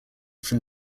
from